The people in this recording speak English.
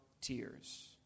tears